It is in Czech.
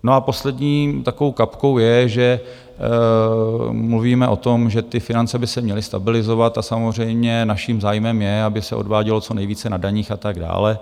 A poslední takovou kapkou je, že mluvíme o tom, že ty finance by se měly stabilizovat a samozřejmě naším zájmem je, aby se odvádělo co nejvíce na daních atd.